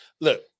Look